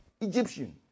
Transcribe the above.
Egyptian